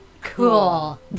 Cool